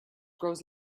grows